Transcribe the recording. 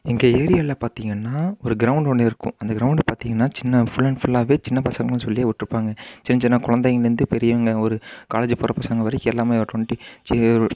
எங்கள் ஏரியாவில் பார்த்திங்கன்னா ஒரு கிரௌண்டு ஒன்று இருக்கும் அந்த கிரௌண்டு பார்த்திங்கன்னா சின்ன ஃபுல் அண்ட் ஃபுல்லாவே சின்ன பசங்களுக்குன்னு சொல்லி விட்ருப்பாங்க சின்ன சின்ன குழந்தைங்கள்லேந்து பெரியவங்க ஒரு காலேஜு போகிற பசங்க வரைக்கும் எல்லாம் ஒரு டுவெண்ட்டி சி